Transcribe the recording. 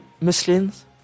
Muslims